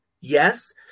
yes